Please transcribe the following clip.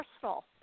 personal